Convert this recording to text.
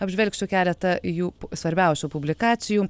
apžvelgsiu keletą jų svarbiausių publikacijų